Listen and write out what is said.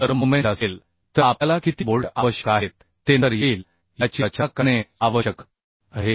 जर मोमेन्ट असेल तर आपल्याला किती बोल्ट आवश्यक आहेत ते नंतर येईल याची रचना करणे आवश्यक आहे